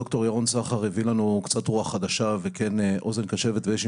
ד"ר ירון סחר הביא לנו קצת רוח חדשה וכן אוזן קשבת ויש עם